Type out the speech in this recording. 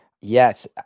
Yes